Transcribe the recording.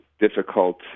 Difficult